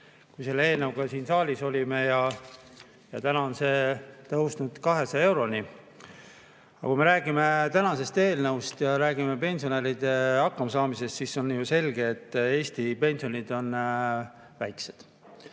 kui selle eelnõuga siin saalis olime. Ja täna on see tõusnud 200 euroni. Aga kui me räägime tänasest eelnõust ja räägime pensionäride hakkamasaamisest, siis on ju selge, et Eesti pensionid on väikesed.